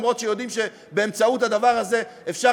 גם אם יודעים שבאמצעות הדבר הזה אפשר